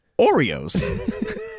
Oreos